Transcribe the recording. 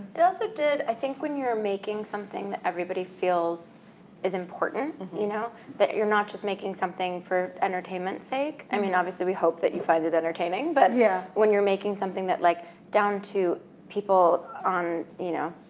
it also did, i think when you are making something that everybody feels is important, you know, that you're not just making something for entertainment sake, i mean obviously we hope that you find it entertaining but yeah when you're making something that like down to people on, you know,